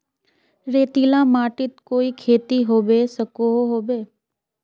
रेतीला माटित कोई खेती होबे सकोहो होबे?